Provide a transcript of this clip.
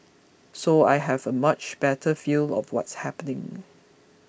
so I have a much better feel of what's happening